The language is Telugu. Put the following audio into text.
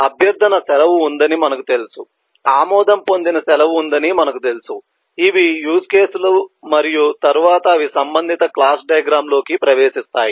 అభ్యర్థన సెలవు ఉందని మనకు తెలుసు ఆమోదం పొందిన సెలవు ఉందని మనకు తెలుసు ఇవి యూజ్ కేసులు మరియు తరువాత అవి సంబంధిత క్లాస్ డయాగ్రమ్ లోకి ప్రవేశిస్థాయి